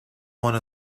one